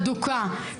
הדוקה,